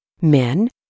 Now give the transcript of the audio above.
Men